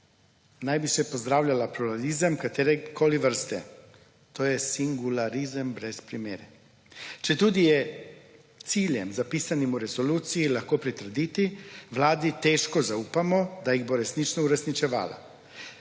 naj bi še pozdravljala pluralizem katerekoli vrste. To je singularizem brez primere. Četudi je ciljem, zapisanim v resoluciji lahko pritrditi, Vladi zaupamo, da jih bo resnično uresničevala.